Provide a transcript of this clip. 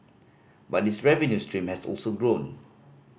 but its revenue stream has also grown